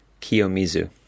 Kiyomizu